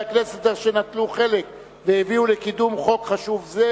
הכנסת אשר נטלו חלק והביאו לקידום חוק חשוב זה,